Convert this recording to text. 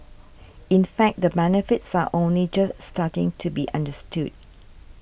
in fact the benefits are only just starting to be understood